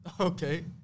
Okay